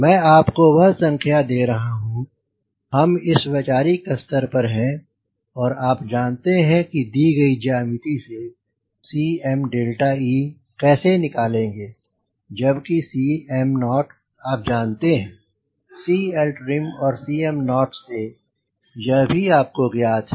मैं आपको वह संख्या दे रहा हूं क्योंकि हम इस वैचारिक स्तर पर हैं और आप जानते हैं कि दी गई ज्यामिति से Cme कैसे निकालेंगे जबकि Cm0 आप जानते हैं CLtrim और Cm naught से यह भी आपको ज्ञात है